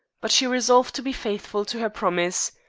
but she resolved to be faithful to her promise.